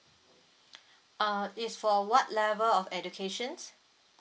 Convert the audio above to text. uh is for what level of educations